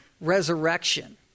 resurrection